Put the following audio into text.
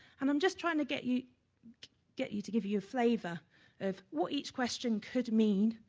and i'm just trying to get you get you to give you you a flavor of what each question could mean,